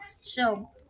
so-